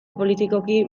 politikoki